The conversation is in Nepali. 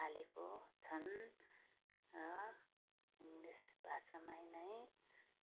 थालेको छन् र इङ्गलिस भाषामै नै